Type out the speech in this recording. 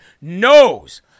knows